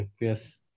Yes